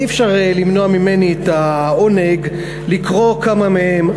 אי-אפשר הרי למנוע ממני את העונג לקרוא כמה מהם,